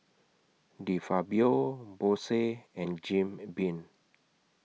De Fabio Bose and Jim Beam